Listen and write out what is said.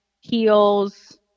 heels